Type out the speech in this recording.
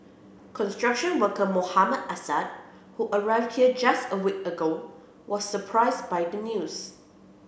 construction worker Mohammad Assad who arrived here just a week ago was surprised by the news